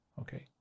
Okay